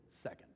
second